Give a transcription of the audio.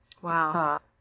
Wow